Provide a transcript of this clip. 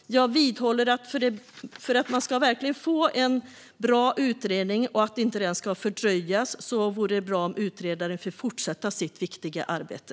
För att få en bra utredning som inte fördröjs vidhåller jag att det vore bra om utredaren får fortsätta sitt viktiga arbete.